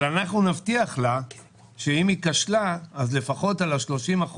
אבל אנחנו נבטיח לה שאם היא כשלה אז לפחות על ה-30%,